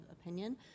opinion